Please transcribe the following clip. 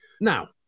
Now